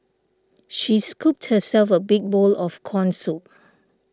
she scooped herself a big bowl of Corn Soup